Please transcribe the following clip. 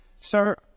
Sir